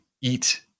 eat